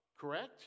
correct